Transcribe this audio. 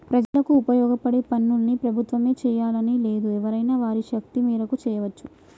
ప్రజలకు ఉపయోగపడే పనులన్నీ ప్రభుత్వమే చేయాలని లేదు ఎవరైనా వారి శక్తి మేరకు చేయవచ్చు